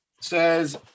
says